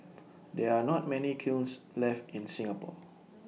there are not many kilns left in Singapore